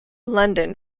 london